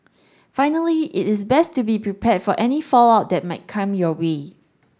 finally it is best to be prepared for any fallout that might come your way